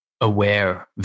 aware